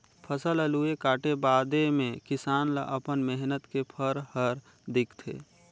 फसल ल लूए काटे बादे मे किसान ल अपन मेहनत के फर हर दिखथे